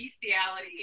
Bestiality